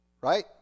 right